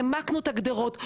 העמקנו גדרות,